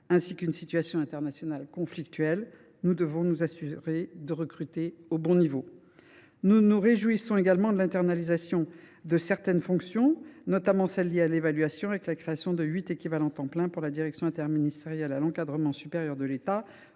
ainsi qu’une situation internationale conflictuelle, nous devons nous assurer de recruter au bon niveau. Nous nous réjouissons également de l’internalisation de certaines fonctions, notamment celles qui sont liées à l’évaluation, avec la création de 8 équivalents temps plein pour la délégation interministérielle à l’encadrement supérieur de l’État.